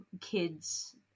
kids